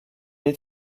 est